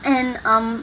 and um